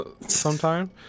sometime